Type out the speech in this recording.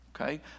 Okay